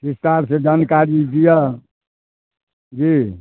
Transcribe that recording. विस्तारसँ जानकारी दिअऽ जी